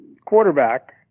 quarterback